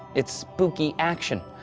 it's, spooky. action.